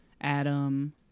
Adam